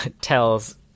tells